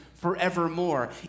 forevermore